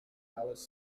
alice